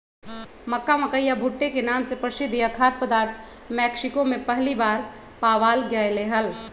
मक्का, मकई या भुट्टे के नाम से प्रसिद्ध यह खाद्य पदार्थ मेक्सिको में पहली बार पावाल गयले हल